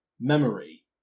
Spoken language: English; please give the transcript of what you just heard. memory